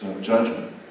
judgment